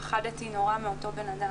פחדתי נורא מאותו בנאדם,